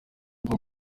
ubu